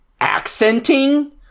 accenting